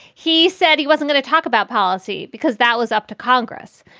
he said he wasn't going to talk about policy because that was up to congress.